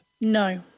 No